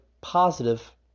positive